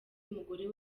umugore